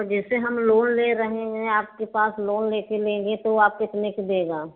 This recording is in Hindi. जैसे हम लोन ले रहे हैं आपके पास लोन ले कर लेंगे तो आप कितने का देगा